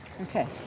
Okay